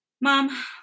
Mom